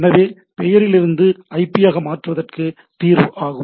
எனவே பெயரிலிருந்து ஐபியாக மாற்றுவதே தீர்வு ஆகும்